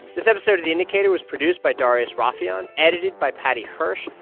this episode of the indicator was produced by darius rafieyan, edited by paddy hirsch.